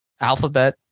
alphabet